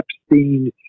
Epstein